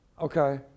okay